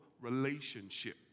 relationship